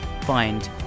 find